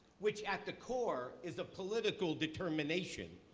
which at the core is a political determination.